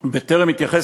בטרם אתייחס